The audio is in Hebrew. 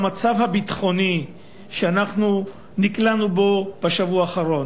המצב הביטחוני שאנחנו נקלענו אליו בשבוע האחרון,